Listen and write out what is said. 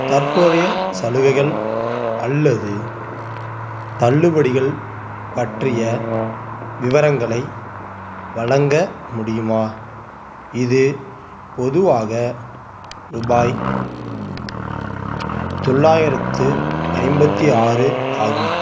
தற்போதைய சலுகைகள் அல்லது தள்ளுபடிகள் பற்றிய விவரங்களை வழங்க முடியுமா இது பொதுவாக ருபாய் தொள்ளாயிரத்து ஐம்பத்து ஆறு ஆகும்